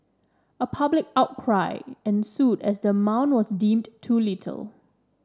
a public outcry ensued as the amount was deemed too little